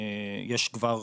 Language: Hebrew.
יש כבר